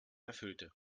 erfüllte